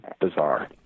bizarre